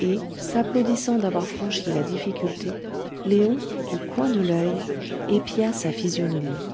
et s'applaudissant d'avoir franchi la difficulté léon du coin de l'oeil épia sa physionomie